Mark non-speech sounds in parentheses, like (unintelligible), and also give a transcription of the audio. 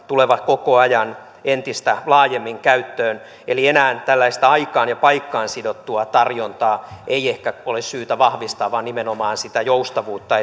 tulevat koko ajan entistä laajemmin käyttöön eli enää tällaista aikaan ja paikkaan sidottua tarjontaa ei ehkä ole syytä vahvistaa vaan nimenomaan sitä joustavuutta (unintelligible)